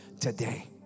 today